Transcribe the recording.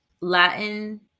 Latin